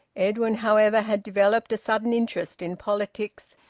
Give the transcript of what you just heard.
edwin, however, had developed a sudden interest in politics,